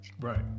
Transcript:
Right